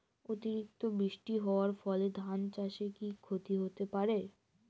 অতিরিক্ত বৃষ্টি হওয়ার ফলে ধান চাষে কি ক্ষতি হতে পারে?